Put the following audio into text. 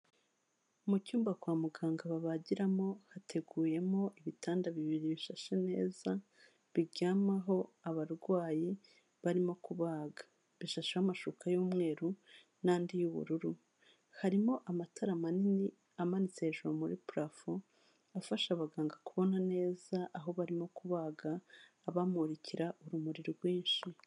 Mu cyumba kwa muganga babagiramo hateguyemo ibitanda bibiri bishashe neza biryamaho abarwayi barimo kubaga. Bishasheho amashuka y'umweru n'andi y'ubururu harimo amatara manini amanitse hejuru muri prafo afasha abaganga kubona neza aho barimo kubaga abamurikira urumuri rwinshi.